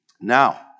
now